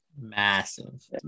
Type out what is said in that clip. Massive